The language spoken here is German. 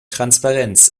transparenz